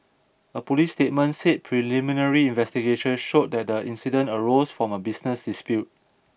a police statement said preliminary investigations showed that the incident arose from a business dispute